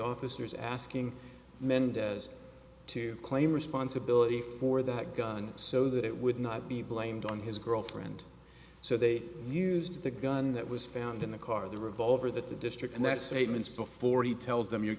officers asking mendez to claim responsibility for that gun so that it would not be blamed on his girlfriend so they used the gun that was found in the car the revolver that the district and that statements took forty tells them